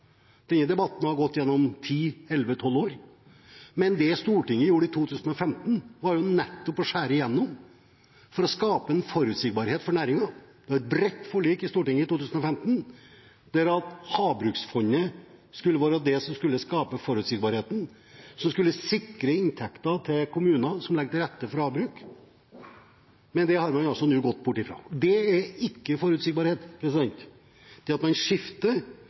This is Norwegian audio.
Denne debatten har gått over ti, elleve, tolv år. Men det Stortinget gjorde i 2015, var nettopp å skjære igjennom for å skape en forutsigbarhet for næringen. Det var et bredt forlik i Stortinget i 2015 om at Havbruksfondet skulle skape forutsigbarhet og sikre inntekter til kommunene som la til rette for havbruk. Men det har man altså nå gått bort fra. Det er ikke forutsigbarhet. Det at man skifter